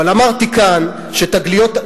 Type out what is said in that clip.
אבל אמרתי כאן שתגליות,